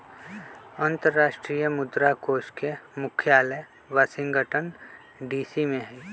अंतरराष्ट्रीय मुद्रा कोष के मुख्यालय वाशिंगटन डीसी में हइ